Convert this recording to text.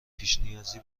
پیشنیازی